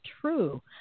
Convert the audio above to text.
true